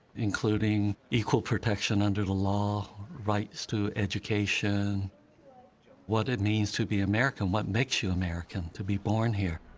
including equal protection under the law rights to education what it means to be american, what makes you american, to be born here.